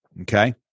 okay